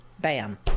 bam